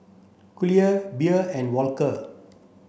Collier Bea and Walker